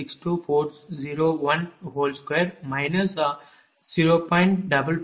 48624012 0